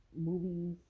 movies